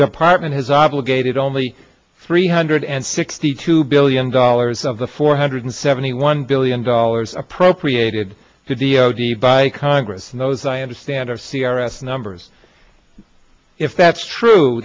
department has obligated only three hundred and sixty two billion dollars of the four hundred seventy one billion dollars appropriated to d o d by congress and those i understand are c r s numbers if that's true